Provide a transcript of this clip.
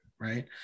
right